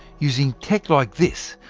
using tech like this,